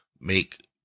make